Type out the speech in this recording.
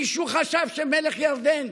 מישהו חשב שמלך ירדן,